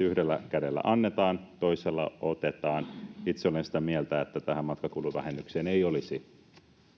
yhdellä kädellä annetaan, toisella otetaan. Itse olen sitä mieltä, että tähän matkakuluvähennykseen ei olisi